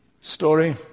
story